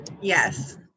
Yes